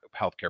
healthcare